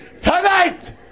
Tonight